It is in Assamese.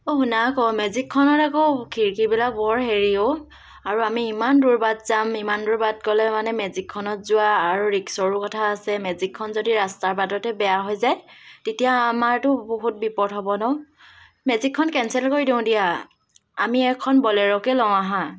অ' শুনা আকৌ মেজিকখনত আকৌ খিৰিকিবিলাক বৰ হেৰি অ' আৰু আমি ইমান দূৰ বাট যাম ইমান দূৰ বাট গ'লে মানে মেজিকখনত যোৱা আৰু ৰিস্কৰো কথা আছে মেজিকখন যদি ৰাস্তাৰ বাটতে বেয়া হৈ যায় তেতিয়া আমাৰতো বহুত বিপদ হ'ব ন মেজিকখন কেনচেল কৰি দিওঁ দিয়া আমি এখন বলেৰ'কে লওঁ আঁহা